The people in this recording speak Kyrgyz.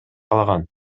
калган